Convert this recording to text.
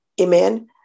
amen